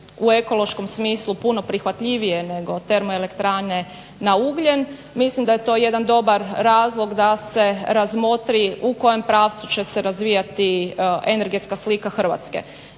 u ekološkom smislu puno prihvatljivije nego termoelektrane na ugljen mislim da je to jedan dobar razlog da se razmotri u kojem pravcu će se razvijati energetska slika Hrvatske.